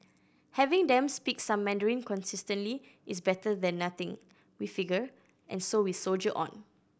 having them speak some Mandarin consistently is better than nothing we figure and so we soldier on